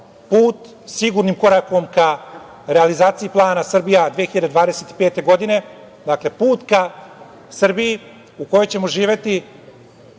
put sigurnim korakom ka realizaciji Plana Srbija 2025. godine, dakle put ka Srbiji u kojoj ćemo živeti